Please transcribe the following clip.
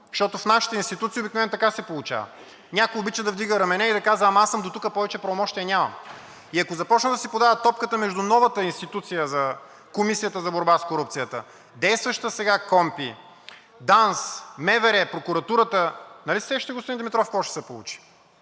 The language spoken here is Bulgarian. Защото в нашите институции обикновено така се получава – някой обича да вдига рамене и да казва: „Аз съм дотук, повече правомощия нямам.“ Ако започнат да си подават топката между новата институция – Комисията за борба с корупцията, действащата сега КПКОНПИ, ДАНС, МВР, прокуратурата, нали се сещате, господин Димитров, какво ще се получи.